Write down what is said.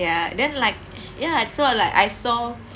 ya then like ya so I like I saw